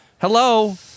Hello